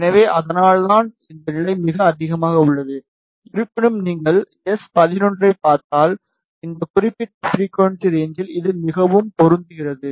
எனவே அதனால்தான் இந்த நிலை மிக அதிகமாக உள்ளது இருப்பினும் நீங்கள் எஸ்11 ஐப் பார்த்தால் இந்த குறிப்பிட்ட ஃபிரிகுவன்ஸி ரேன்சில் இது மிகவும் பொருந்துகிறது